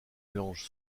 mélange